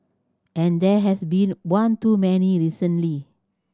and there has been one too many recently